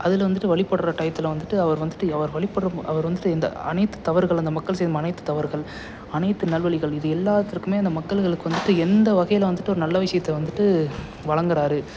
அதில் வந்துட்டு வழிபடற டயத்தில் வந்துட்டு அவர் வந்துட்டு அவர் வழிபடுற அவர் வந்துட்டு இந்த அனைத்து தவறுகளும் இந்த மக்கள் செய்யும் அனைத்து தவறுகள் அனைத்து நல்வழிகள் இது எல்லாத்திற்குமே இந்த மக்கள்களுக்கு வந்துட்டு எந்த வகையில் வந்துட்டு ஒரு நல்ல விஷயத்தை வந்துட்டு வழங்கறார்